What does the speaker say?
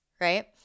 right